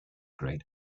great